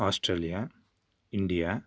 Australia India